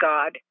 God